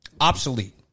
obsolete